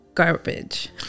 Garbage